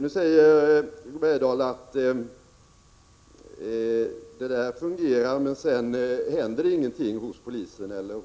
Hugo Bergdahl säger att det fungerar men att det inte händer någonting hos polisen eller